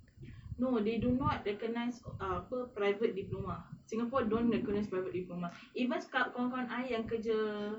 no they do not recognise ah apa private diploma singapore don't recognise private diploma even kawan-kawan I yang kerja